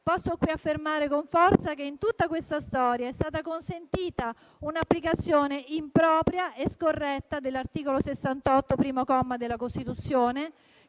posso affermare con forza che, in tutta questa storia, è stata consentita un'applicazione impropria e scorretta dell'articolo 68, comma 1, della Costituzione